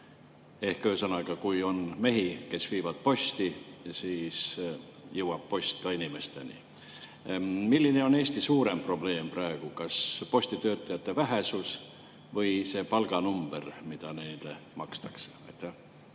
Ehk ühesõnaga: kui on mehi, kes viivad posti, siis jõuab post ka inimesteni. Kumb on Eestis suurem probleem praegu, kas postitöötajate vähesus või see palk, mida neile makstakse?